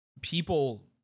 people